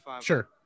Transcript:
sure